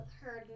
heard